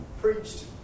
preached